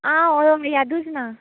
आं हय यादूच ना